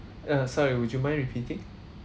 uh sorry would you mind repeating